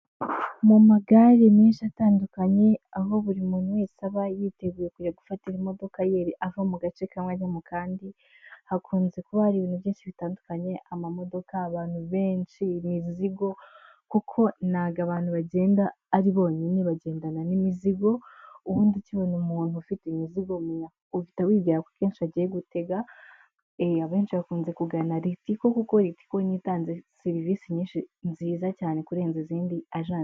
Mu magare menshi atandukanye aho buri muntu wese aba yiteguye kujya gufatira imodoka ava mu gace kamwe ajya mukandi. Hakunze kuba hari ibintu byinshi bitandukanye, amamodoka, abantu benshi, imizigo, kuko ntabwo abantu bagenda ari bonyine bagendana n'imizigo. Ubundi ukibona umuntu ufite imizigo uhita wibwira ko kenshi agiye gutega. Abenshi bakunze kugana litiko kuko litiko ni yo itanga serivisi nyinshi nziza cyane kurenza izindi ajase.